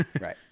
Right